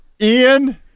Ian